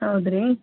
ಹೌದ್ ರೀ